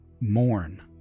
Mourn